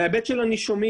מההיבט של הנישומים,